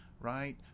Right